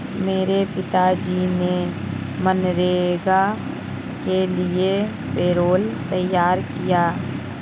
मेरे पिताजी ने मनरेगा के लिए पैरोल तैयार किया